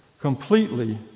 Completely